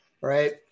right